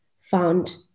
found